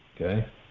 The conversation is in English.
Okay